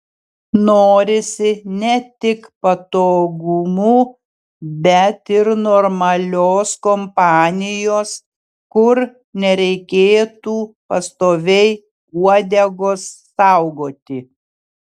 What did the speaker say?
norisi ne tik patogumų bet ir normalios kompanijos kur nereikėtų pastoviai uodegos saugoti